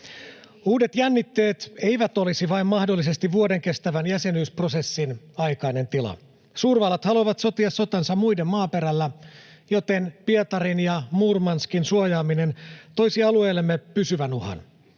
Uudet jännitteet eivät olisi vain mahdollisesti vuoden kestävän jäsenyysprosessin aikainen tila. Suurvallat haluavat sotia sotansa muiden maaperällä, joten Pietarin ja Murmanskin suojaaminen toisi alueellemme pysyvän uhan.